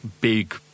big